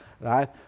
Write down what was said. right